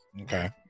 Okay